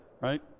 right